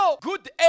good